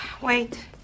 Wait